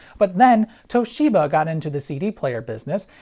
but then, toshiba got into the cd player business,